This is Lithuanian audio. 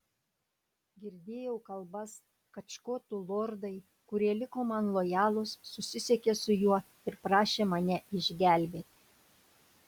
girdėjau kalbas kad škotų lordai kurie liko man lojalūs susisiekė su juo ir prašė mane išgelbėti